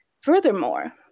Furthermore